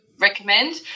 recommend